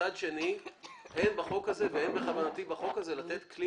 מצד שני אין בחוק הזה ואין בכוונתי בחוק הזה לתת כלי